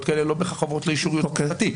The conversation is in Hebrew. כאלה לא בהכרח עוברות לאישור יועץ משפטי.